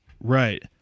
Right